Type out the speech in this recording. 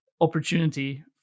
opportunity